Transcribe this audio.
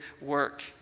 work